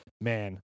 man